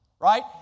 right